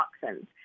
toxins